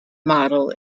model